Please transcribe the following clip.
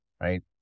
right